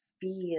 feel